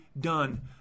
done